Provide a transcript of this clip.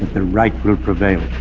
the right will prevail